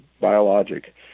biologic